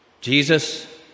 Jesus